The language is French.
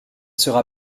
sera